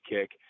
kick